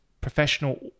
professional